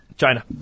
China